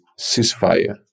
ceasefire